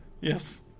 Yes